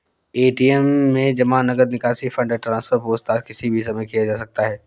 ATM से जमा, नकद निकासी, फण्ड ट्रान्सफर, पूछताछ किसी भी समय किया जा सकता है